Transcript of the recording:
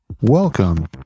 Welcome